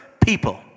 people